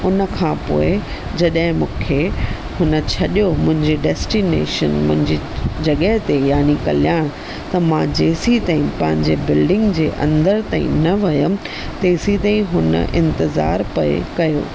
उन खां पोइ जॾहिं मूंखे हुन छॾियो मुंहिंजे डेस्टिनेशन मुंहिंजे जॻहि ते याने कल्याण त मां जेसिताईं पंहिंजी बिल्डिंग जे अंदरि ताईं न वियमि तेसिताईं हुन इंतिज़ार पए कयो